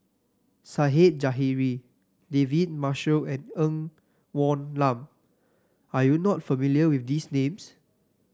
Zahari David Marshall and Ng Woon Lam Are you not familiar with these names